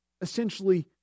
essentially